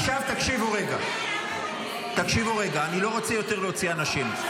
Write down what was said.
תקשיבו רגע, אני לא רוצה יותר להוציא אנשים.